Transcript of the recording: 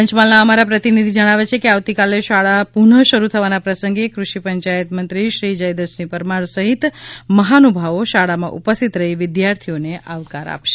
પંચમહાલના અમારા પ્રતિનિધિ જણાવે છે કે આવતીકાલે શાળા પુનઃ શરૂ થવાના પ્રસંગે કૃષિપંચાયત મંત્રી શ્રી જયદ્રથસિંહ પરમાર સહિત મહાનુભાવો શાળામાં ઉપસ્થિત રહી વિદ્યાર્થીઓને આવકાર આપશે